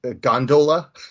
gondola